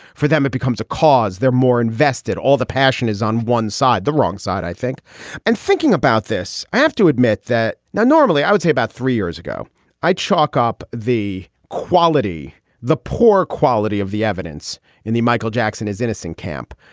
for them it becomes a cause they're more invested all the passion is on one side the wrong side. i think and thinking about this. i have to admit that now normally i would say about three years ago i chalk up the quality the poor quality of the evidence in the michael jackson is innocent camp.